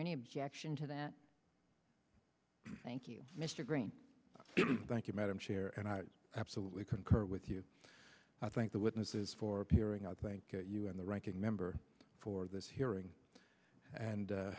any objection to that thank you mr green thank you madam chair and i absolutely concur with you i thank the witnesses for appearing i thank you and the ranking member for this hearing and